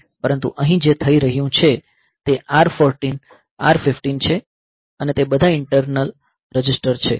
પરંતુ અહીં જે થઈ રહ્યું છે તે R 14 R 15 છે અને તે બધા ઇન્ટરનલ રજિસ્ટર છે